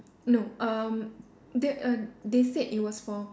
no um they err they said it was for